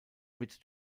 wird